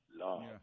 love